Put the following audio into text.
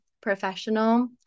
professional